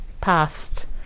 past